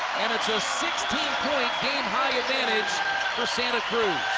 and it's a sixteen point game high advantage for santa cruz.